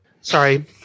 Sorry